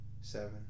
seven